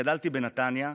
גדלתי בנתניה,